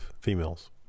females